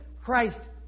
Christ